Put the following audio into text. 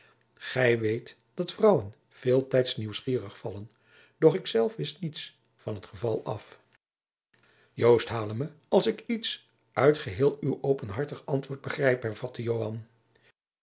gij weet dat vrouwen veeltijds nieuwsgierig vallen doch ik zelf wist niets van het geval af joost haal me als ik iets uit geheel uw openhartig antwoord begrijp hervatte